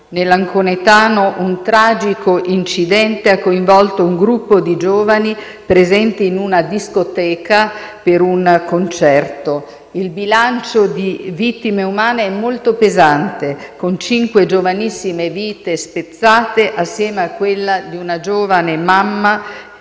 nell'anconetano, un tragico incidente ha coinvolto un gruppo di giovani presenti in una discoteca per un concerto. Il bilancio di vittime umane è molto pesante, con cinque giovanissime vite spezzate, assieme a quella di una giovane mamma.